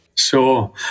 Sure